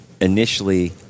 initially